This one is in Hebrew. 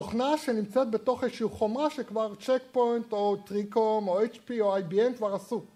‫תוכנה שנמצאת בתוך איזשהו חומרה ‫שכבר צ'קפוינט או טריקום או HP או IBM כבר עשו.